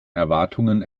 erwartungen